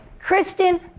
Kristen